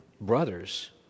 brothers